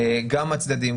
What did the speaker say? גם הצדדים,